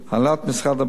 הנהלת משרד הבריאות,